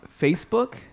Facebook